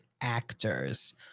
actors